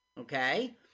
Okay